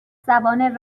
زبان